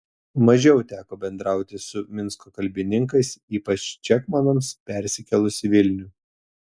mažiau teko bendrauti su minsko kalbininkais ypač čekmonams persikėlus į vilnių